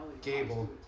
Gable